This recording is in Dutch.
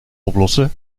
oplossen